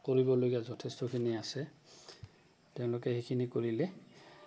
কৰিবলগীয়া যথেষ্টখিনি আছে তেওঁলোকে সেইখিনি কৰিলে